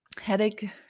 headache